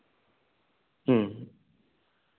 ᱦᱮᱸ